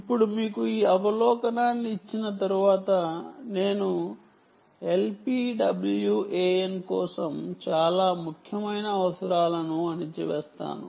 ఇప్పుడు మీకు ఈ అవలోకనాన్ని ఇచ్చిన తరువాత నేను LPWAN కోసం చాలా ముఖ్యమైన అవసరాలను అణిచివేస్తాను